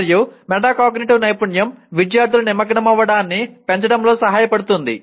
మరియు మెటాకాగ్నిటివ్ నైపుణ్యం విద్యార్థుల నిమగ్నమవ్వడాన్ని పెంచడంలో సహాయపడుతుంది